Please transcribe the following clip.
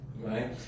Right